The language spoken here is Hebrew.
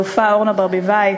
האלופה אורנה ברביבאי,